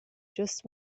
just